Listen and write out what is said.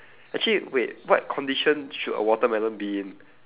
actually wait what condition should a watermelon be in